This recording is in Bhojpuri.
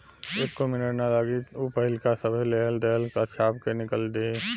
एक्को मिनट ना लागी ऊ पाहिलका सभे लेहल देहल का छाप के निकल दिहि